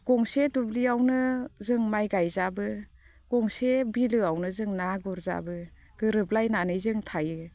गंसे दुब्लियावनो जों माइ गायजाबो गंसे बिलोआवनो जों ना गुरजाबो गोरोब लायनानै जों थायो